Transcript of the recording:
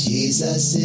Jesus